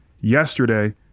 yesterday